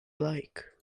like